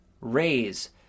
raise